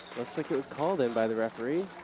looks like it was called in by the referee.